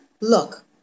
look